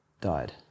died